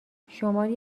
شماری